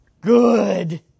good